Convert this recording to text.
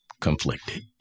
Conflicted